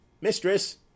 mistress